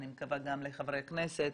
אני מקווה שגם לחברי הכנסת,